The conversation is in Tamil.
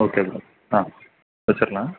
ஓகே ப்ரோ ஆ வச்சிரலாம்